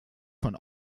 von